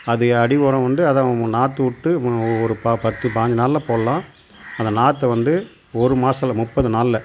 அது அடி உரம் வந்து அதை நாற்று விட்டு ஒரு ப பத்து பாயிஞ்சு நாளில் போடலாம் அந்த நாற்று வந்து ஒரு மாதத்துல முப்பது நாளில்